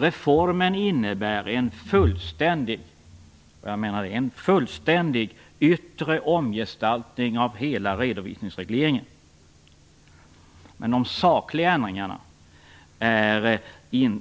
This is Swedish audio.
Reformen innebär en fullständig, yttre omgestaltning av hela redovisningsregleringen, men de sakliga ändringarna